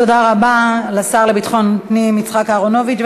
תודה רבה לשר לביטחון פנים יצחק אהרונוביץ.